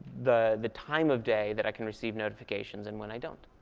the the time of day that i can receive notifications, and when i don't.